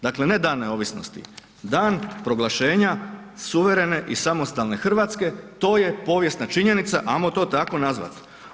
Dakle ne dan neovisnosti, dan proglašenja suverene i samostalne Hrvatske, to je povijesna činjenica, ajmo to tako nazvati.